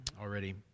already